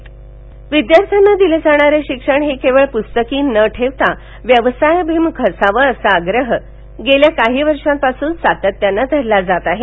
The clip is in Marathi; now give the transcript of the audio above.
व्हॉईस कारूटसामंजस्य करार विद्यार्थ्यांना दिलं जाणारं शिक्षण हे केवळ पुस्तकी न ठेवता व्यवसायाभिमुख असावं असा आग्रह गेल्या काही वर्षांपासून सातत्यानं धरला जातो आहे